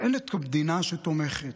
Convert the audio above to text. אין את המדינה שתומכת,